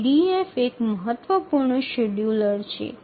EDF একটি গুরুত্বপূর্ণ সময়সূচী